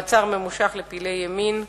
מעצר ממושך לפעילי ימין: